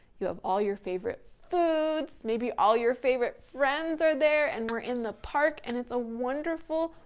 you have all your favorites foods, maybe all your favorite friends are there and we're in the park and it's a wonderful,